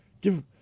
give